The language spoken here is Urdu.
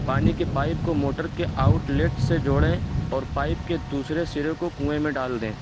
پانی کی پائپ کو موٹر کے آؤٹ لیٹ سے جوڑیں اور پائپ کے دوسرے سرے کو کنوئیں میں ڈال دیں